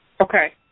Okay